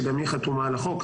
וגם היא חתומה על החוק.